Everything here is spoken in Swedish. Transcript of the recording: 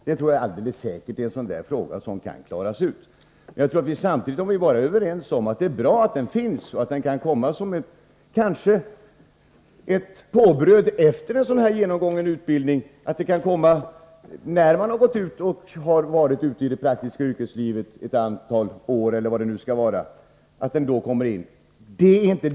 Jag tror att det alldeles säkert är en sådan fråga som kan klaras ut, bara vi blir eniga om att det är bra att mästarvärdigheten finns och att den kan komma såsom ett påbröd efter en genomgången utbildning, när man har varit ute i det praktiska yrkeslivet ett antal år.